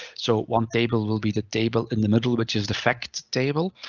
so one table will be the table in the middle, which is the fact table,